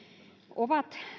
ovat